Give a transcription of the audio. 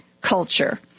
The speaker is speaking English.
culture